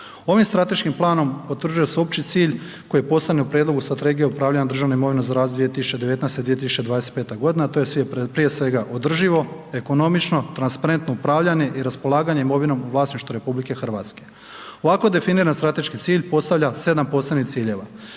Ovim strateškim planom potvrđuje se opći cilj koji postoji u prijedlogu Strategije upravljanja državnom imovinom za razdoblje 2019. – 2025. g., to je prije svega održivo, ekonomično, transparentno upravljanje i raspolaganje imovinom u vlasništvu RH. Ovako definirani strateški cilj postavlja 7 posebnih ciljeva.